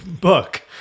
book